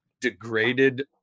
degraded